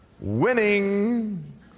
winning